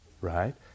right